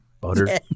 butter